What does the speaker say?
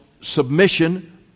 submission